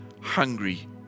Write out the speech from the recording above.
hungry